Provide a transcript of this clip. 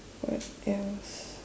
what else